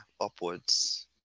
upwards